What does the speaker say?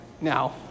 Now